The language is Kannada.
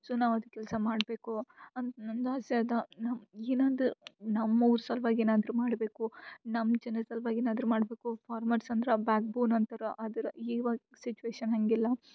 ಸೊ ನಾವು ಅದಕ್ಕೆ ಕೆಲಸ ಮಾಡಬೇಕು ಅಂತ ನನ್ನ ಆಸೆ ಅದ ನಾವು ಏನಂದ್ರೆ ನಮ್ಮ ಅವ್ರ ಸಲ್ವಾಗಿ ಏನಾದರು ಮಾಡಬೇಕು ನಮ್ಮ ಜನದ ಸಲ್ವಾಗಿ ಏನಾದರು ಮಾಡಬೇಕು ಫಾರ್ಮರ್ಸ್ ಅಂದ್ರೆ ಬ್ಯಾಕ್ ಬೋನ್ ಅಂತಾರ ಆದ್ರೆ ಇವಾಗ ಸಿಚ್ವೇಷನ್ ಹಂಗಿಲ್ಲ